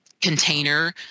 container